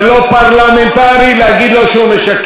זה לא פרלמנטרי להגיד לו שהוא משקר.